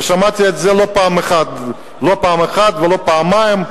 שמעתי את זה לא פעם אחת ולא פעמיים.